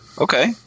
Okay